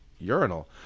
urinal